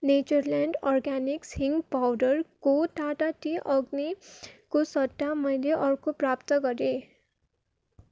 Natureland Organics हिङ् पाउडरको Tata tea अग्नीको सट्टा मैले अर्को प्राप्त गरेँ